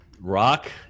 Rock